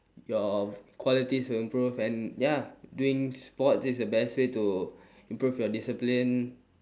your qualities will improve and ya doing sports is the best way to improve your discipline